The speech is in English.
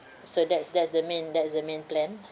so that's that's the main that's the main plan